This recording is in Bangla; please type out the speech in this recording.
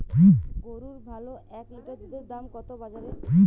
গরুর ভালো এক লিটার দুধের দাম কত বাজারে?